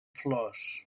flors